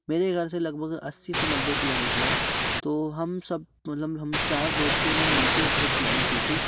मेरे ख्याल से लगभग अस्सी से नब्बे किलोमीटर है हम सब मतलब हम चार दोस्तों ने मिलके ट्रिप प्लेन की थी